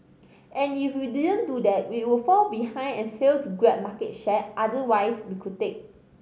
and if we didn't do that we would fall behind and fail to grab market share otherwise we could take